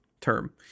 term